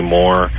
more